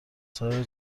سایر